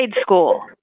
school